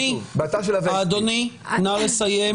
אדוני, נא לסיים.